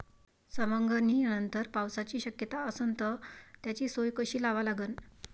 सवंगनीनंतर पावसाची शक्यता असन त त्याची सोय कशी लावा लागन?